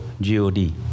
g-o-d